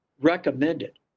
recommended